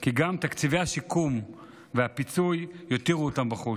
כי גם תקציבי השיקום והפיצוי יותירו אותם בחוץ.